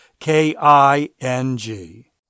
k-i-n-g